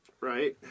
right